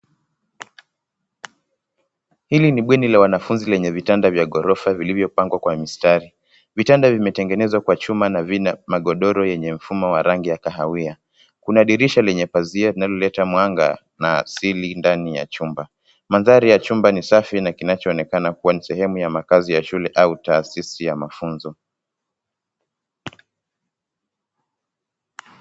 Hili ni bweni la wanafunzi lenye vitanda vya ghorofa ,vilivyopangwa kwa mistari, vitanda vimetengenezwa kwa chuma na vina magodoro yenye mfumo ya rangi ya kahawia. Kuna dirisha lenye pazia linaloleta mwanga, na asili ndani ya chumba. Mandhari ya chumba ni safi na kinacho onekana kuwa ni sehemu ya makazi ya shule au taasisi ya mafunzo.